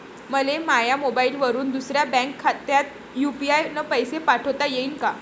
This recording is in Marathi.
मले माह्या मोबाईलवरून दुसऱ्या बँक खात्यात यू.पी.आय न पैसे पाठोता येईन काय?